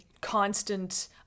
constant